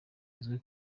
izwi